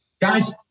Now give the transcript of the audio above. Guys